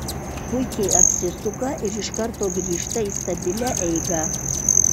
puikiai apsisuka ir iš karto grįžta į stabilią eigą